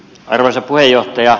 arvoisa puheenjohtaja